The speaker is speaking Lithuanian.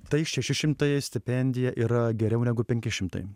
tai šeši šimtai stipendija yra geriau negu penki šimtai